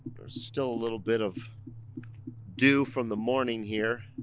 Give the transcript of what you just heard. there's still a little bit of dew from the morning here,